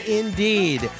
indeed